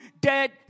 dead